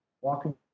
walking